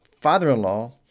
father-in-law